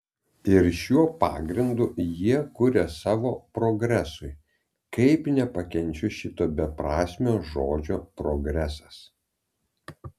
ir šiuo pagrindu jie kuria savo progresui kaip neapkenčiu šito beprasmio žodžio progresas